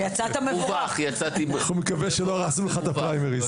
אני מקווה שלא הרסנו לך את הפריימריז.